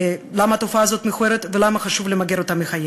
למה התופעה הזאת מכוערת ולמה חשוב למגר אותה מחיינו.